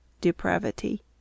Depravity